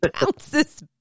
bounces